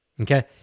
Okay